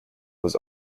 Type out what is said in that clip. was